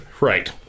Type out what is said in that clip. Right